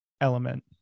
element